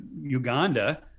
Uganda